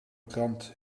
krant